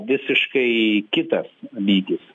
visiškai kitas lygis